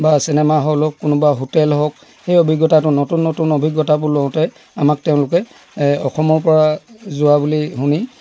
বা cinema hall হওক কোনোবা হোটেল হওক সেই অভিজ্ঞতাটো নতুন নতুন অভিজ্ঞতাবোৰ লওঁতে আমাক তেওঁলোকে অসমৰপৰা যোৱা বুলি শুনি